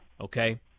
Okay